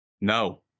No